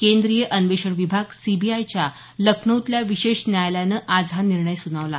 केंद्रीय अन्वेषण विभाग सीबीआयच्या लखनौतल्या विशेष न्यायालयानं आज हा निर्णय सुनावला